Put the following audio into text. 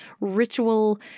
ritual